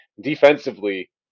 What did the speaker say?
Defensively